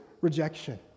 rejection